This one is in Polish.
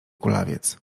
kulawiec